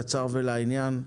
קצר ולעניין.